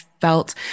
felt